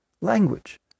language